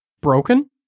Broken